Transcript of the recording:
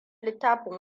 littafin